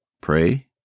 pray